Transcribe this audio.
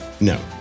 No